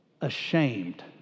ashamed